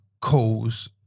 cause